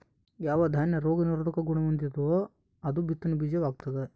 ಯಾವ ದಾನ್ಯ ರೋಗ ನಿರೋಧಕ ಗುಣಹೊಂದೆತೋ ಅದು ಬಿತ್ತನೆ ಬೀಜ ವಾಗ್ತದ